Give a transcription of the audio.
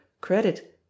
credit